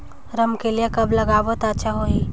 रमकेलिया कब लगाबो ता अच्छा होही?